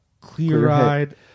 Clear-Eyed